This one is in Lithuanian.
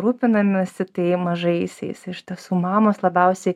rūpinamasi tai mažaisiais iš tiesų mamos labiausiai